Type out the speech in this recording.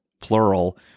plural